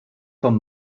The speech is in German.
vom